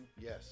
Yes